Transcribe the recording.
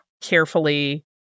carefully